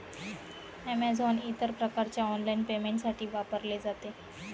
Amazon इतर प्रकारच्या online पेमेंटसाठी वापरले जाते